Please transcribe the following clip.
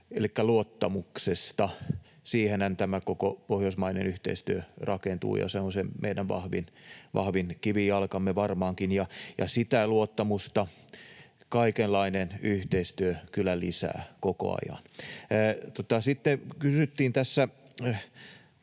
elikkä luottamuksen. Siihenhän tämä koko pohjoismainen yhteistyö rakentuu, se on se meidän vahvin kivijalkamme varmaankin, ja sitä luottamusta kaikenlainen yhteistyö kyllä lisää koko ajan. Sitten kysyttiin tässä,